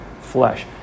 flesh